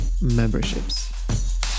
memberships